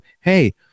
hey